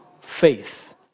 faith